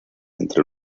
entre